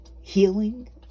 healing